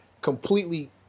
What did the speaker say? Completely